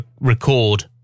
record